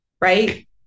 right